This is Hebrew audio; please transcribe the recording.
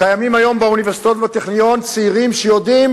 קיימים היום באוניברסיטאות ובטכניון צעירים שיודעים